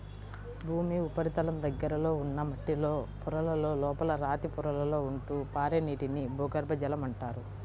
భూమి ఉపరితలం దగ్గరలో ఉన్న మట్టిలో పొరలలో, లోపల రాతి పొరలలో ఉంటూ పారే నీటిని భూగర్భ జలం అంటారు